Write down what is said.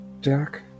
Jack